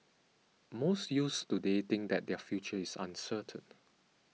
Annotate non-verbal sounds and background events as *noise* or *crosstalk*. most youths today think that their future is uncertain *noise*